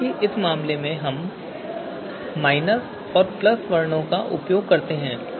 हालाँकि इस मामले में हम और वर्णों का उपयोग करते हैं